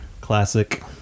classic